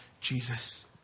Jesus